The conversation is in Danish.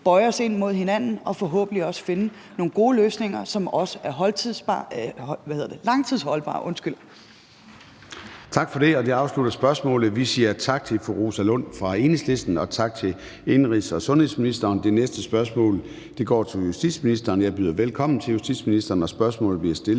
bøje os ind mod hinanden og forhåbentlig også finde nogle gode løsninger, som også er langtidsholdbare.